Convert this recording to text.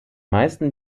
meisten